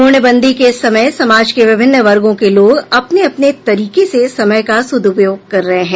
पूर्ण बंदी के समय समाज के विभिन्न वर्गों के लोग अपने अपने तरीके से समय का सद्पयोग कर रहे हैं